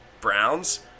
Browns